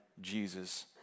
Jesus